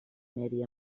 medi